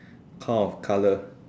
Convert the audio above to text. kind of colour